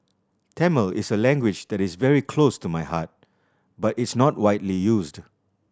Tamil is a language that is very close to my heart but it's not widely used